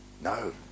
No